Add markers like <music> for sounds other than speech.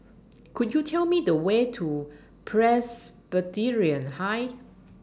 Could YOU Tell Me The Way to <noise> Presbyterian High